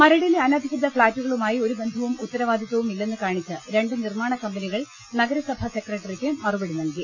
മരടിലെ അനധികൃത ഫ്ളാറ്റുകളുമായി ഒരു ബന്ധവും ഉത്തരവാ ദിത്തവും ഇല്ലെന്ന് കാണിച്ച് രണ്ട് നിർമ്മാണ കമ്പനികൾ നഗര സഭാ സെക്രട്ടറിക്ക് മറുപടി നൽകി